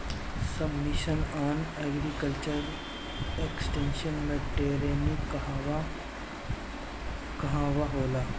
सब मिशन आन agriculture extension मै टेरेनीं कहवा कहा होला?